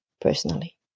personally